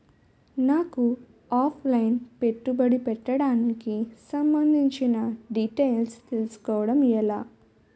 నాకు offline పెట్టుబడి పెట్టడానికి సంబందించిన డీటైల్స్ తెలుసుకోవడం ఎలా?